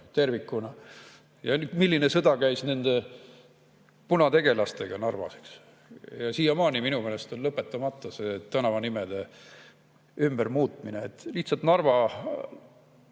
tervikuna. Ja milline sõda käis nende punategelastega Narvas! Siiamaani minu meelest on lõpetamata see tänavanimede ümbermuutmine. Lihtsalt Narva